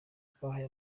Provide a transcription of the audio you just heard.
twahaye